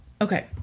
Okay